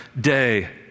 day